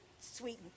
sweet